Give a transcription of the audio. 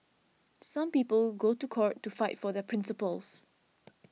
some people go to court to fight for their principles